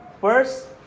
First